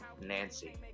Nancy